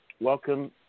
Welcome